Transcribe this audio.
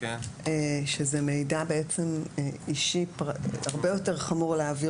זה מידע אישי והרבה יותר חמור להעביר